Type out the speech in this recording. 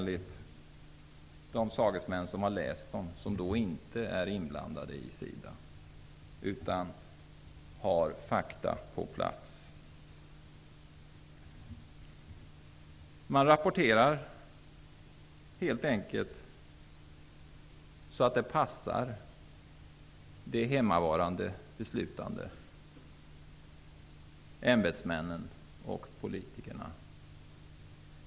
Mina sagesmän har läst dem men är inte själva inblandade i SIDA utan känner till fakta på plats. Man rapporterar helt enkelt så att det passar de hemmavarande beslutande ämbetsmännen och politikerna.